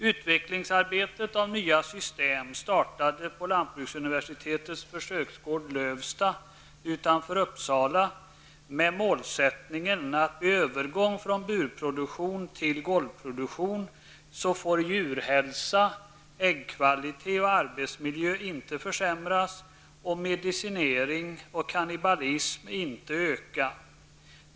Arbetet med att utveckla nya system startades på lantbruksuniversitetets försöksgård Lövsta utanför Uppsala med målsättningen att vid övergång från burproduktion till golvproduktion får djurhälsa, äggkvalitet och arbetsmiljö inte försämras och medicinering och kannibalism inte öka.